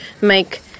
make